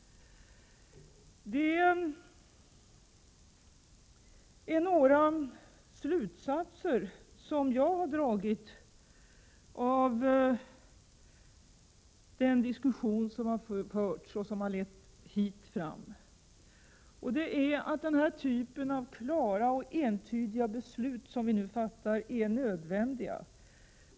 Det är några slutsatser som jag har dragit av den hittills förda diskussionen, nämligen att de klara och entydiga beslut som vi nu fattar är nödvändiga.